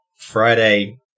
Friday